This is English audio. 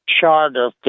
charter